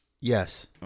Yes